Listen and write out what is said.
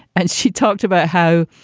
and she talked about how,